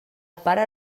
pare